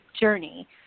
journey